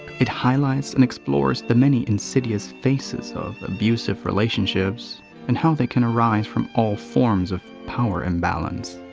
it highlights and explores the many insidious faces of abusive relationships and how they can arise from all forms of power imbalance.